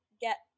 get